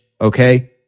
Okay